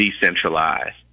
decentralized